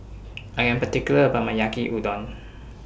I Am particular about My Yaki Udon